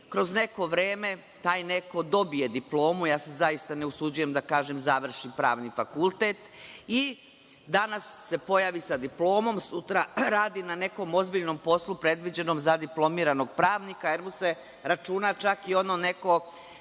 kroz neko vreme, taj neko dobije diplomu, ja se zaista ne usuđujem da kažem da završi Pravni fakultet, i danas se pojavi sa diplomom. Sutra radi na nekom ozbiljnom poslu, predviđenom za diplomiranog pravnika, jer mu se računa, čak i ono neko